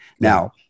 Now